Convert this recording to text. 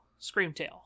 Screamtail